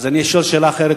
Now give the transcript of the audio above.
אז אשאל שאלה אחרת,